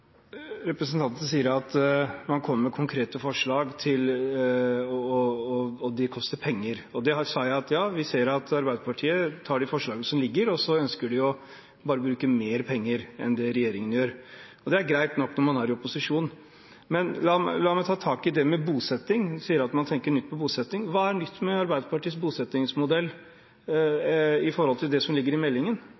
Representanten sier at man kommer med konkrete forslag og at de koster penger. Ja, vi ser at Arbeiderpartiet tar de forslagene som ligger, og ønsker å bruke mer penger enn det regjeringen gjør. Det er greit nok når man er i opposisjon. La meg ta tak i det med bosetting. Man sier man tenker nytt på bosetting. Hva er nytt med Arbeiderpartiets bosettingsmodell